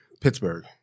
Pittsburgh